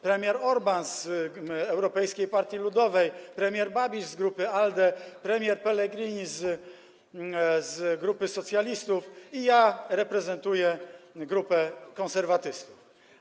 Premier Orbán z Europejskiej Partii Ludowej, premier Babiš z grupy ALDE, premier Pellegrini z grupy socjalistów, ja reprezentuję grupę konserwatystów.